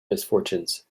misfortunes